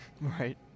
Right